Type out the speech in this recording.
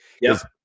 yes